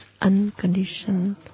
unconditioned